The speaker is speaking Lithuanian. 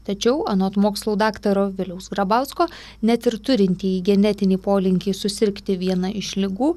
tačiau anot mokslų daktaro viliaus grabausko net ir turintieji genetinį polinkį susirgti viena iš ligų